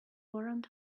warrant